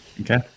Okay